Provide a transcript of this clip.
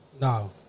no